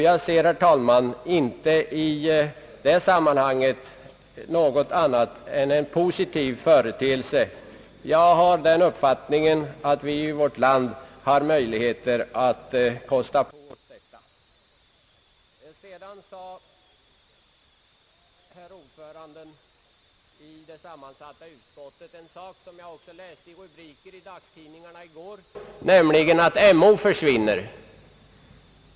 Jag ser, herr talman, detta som en positiv företeelse och har uppfattningen att vi i vårt land har möjligheter att kosta på oss detta. Herr ordföranden i det sammansatta utskottet nämnde något som jag också läste i rubriker i dagstidningarna i går, nämligen att MO försvinner.